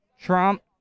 Trump